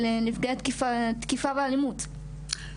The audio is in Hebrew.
כולל בלילות ובסופי שבוע,